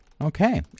Okay